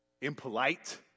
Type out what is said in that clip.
impolite